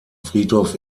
friedhof